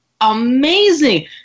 amazing